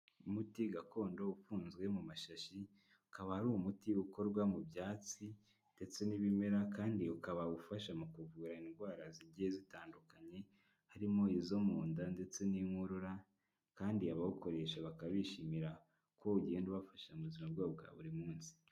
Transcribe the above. Umuti gakondo ufunzwe mu mashashi, ukaba ari umuti ukorwa mu byatsi ndetse n'ibimera, kandi ukaba ufasha mu kuvura indwara zigiye zitandukanye, harimo izo mu nda ndetse n'inkorora, kandi abawukoresha bakaba bishimira ko ugenda ubafasha mu buzima bwabo bwa buri munsi.